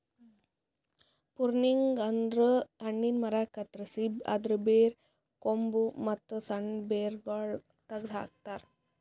pruning ಅಂದುರ್ ಹಣ್ಣಿನ ಮರ ಕತ್ತರಸಿ ಅದರ್ ಬೇರು, ಕೊಂಬು, ಮತ್ತ್ ಸಣ್ಣ ಬೇರಗೊಳ್ ತೆಗೆದ ಹಾಕ್ತಾರ್